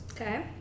Okay